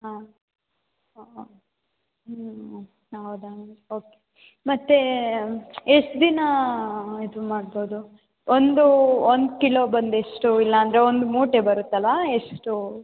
ಹಾಂ ಹಾಂ ಹ್ಞೂ ಹೌದಾ ಓಕೆ ಮತ್ತು ಎಷ್ಟು ದಿನ ಇದು ಮಾಡ್ಬೋದು ಒಂದು ಒಂದು ಕಿಲೋ ಬಂದೆಷ್ಟು ಇಲ್ಲಾಂದರೆ ಒಂದು ಮೂಟೆ ಬರುತ್ತಲ್ಲ ಎಷ್ಟು